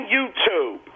YouTube